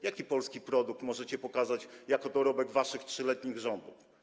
Jaki polski produkt możecie pokazać jako dorobek waszych 3-letnich rządów?